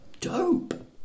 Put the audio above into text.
dope